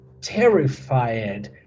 terrified